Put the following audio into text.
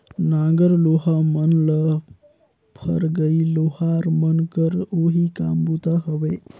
नांगर लोहा मन ल फरगई लोहार मन कर ओही काम बूता हवे